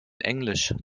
englisch